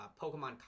Pokemon